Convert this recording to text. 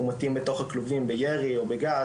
הם מומתים בתוך הכלובים בירי או בגז,